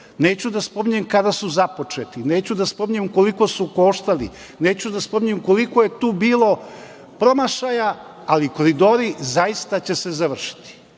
neću da spominjem kada su započeti, neću da spominjem koliko su koštali, neću da spominjem koliko je tu bilo promašaja, ali Koridori će se zaista završiti.U